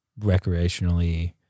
recreationally